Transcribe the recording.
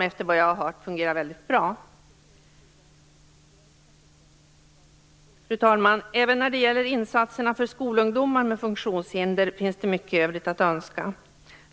Efter vad jag har hört fungerar den väldigt bra. Fru talman! Även när det gäller insatserna för skolungdomar med funktionshinder finns det mycket övrigt att önska.